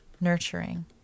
Nurturing